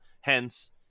Hence